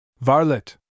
Varlet